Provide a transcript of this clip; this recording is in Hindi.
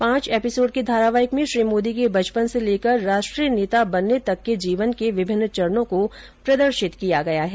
पांच एपिसोड के धारावाहिक में श्री मोदी के बचपन से लेकर राष्ट्रीय नेता बनने तक के जीवन के विभिन्न चरणों को प्रदर्शित किया गया है